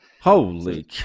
holy